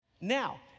now